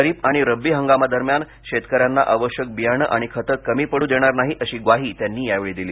खरीप आणि रबी हंगामादरम्यान शेतकऱ्यांना आवश्यक बियाणे आणि खतं कमी पडू देणार नाही अशी ग्वाही त्यांनी यावेळी दिली